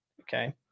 Okay